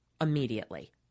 immediately